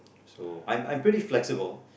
so I'm I'm pretty flexible